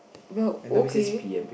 well okay